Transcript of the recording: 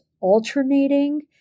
alternating